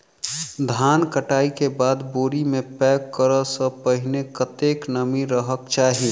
धान कटाई केँ बाद बोरी मे पैक करऽ सँ पहिने कत्ते नमी रहक चाहि?